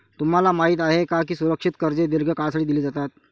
तुम्हाला माहित आहे का की सुरक्षित कर्जे दीर्घ काळासाठी दिली जातात?